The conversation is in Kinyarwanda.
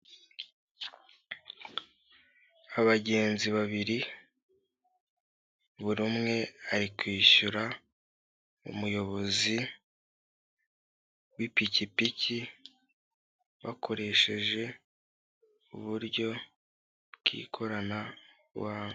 Abagenzi babiri, buri umwe ari kwishyura umuyobozi w'ipikipiki, bakoresheje uburyo bw'ikoranabuhanga.